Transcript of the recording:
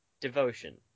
devotion